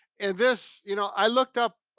and this, you know, i looked up,